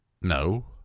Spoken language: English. No